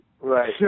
Right